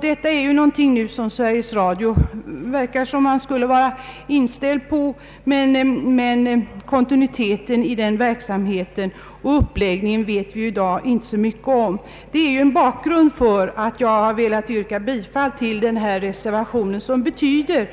Detta är något som Sveriges Radio nu tycks vara införstådd med, men om kontinuiteten av den verksamheten och uppläggningen vet vi i dag inte så mycket. Detta är bakgrunden till att jag velat yrka bifall till reservationen, som innebär önskemål